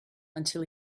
until